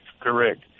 correct